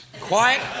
Quiet